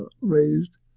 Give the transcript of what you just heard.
raised